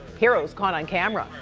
heroes caught on camera.